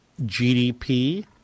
GDP